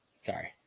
Sorry